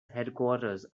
headquarters